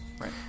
Right